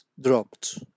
dropped